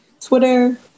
Twitter